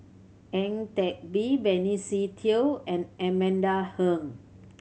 Ang Teck Bee Benny Se Teo and Amanda Heng